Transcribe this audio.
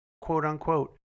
quote-unquote